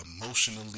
emotionally